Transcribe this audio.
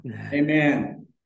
amen